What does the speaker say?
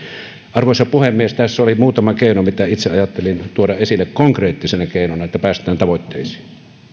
arvoisa puhemies tässä oli muutama keino mitä itse ajattelin tuoda esille konkreettisina keinoina että päästään tavoitteisiin